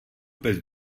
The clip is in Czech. bez